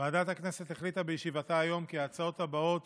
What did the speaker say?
ועדת הכנסת החליטה בישיבתה היום כי ההצעות הבאות